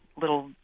little